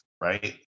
right